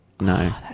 No